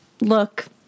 look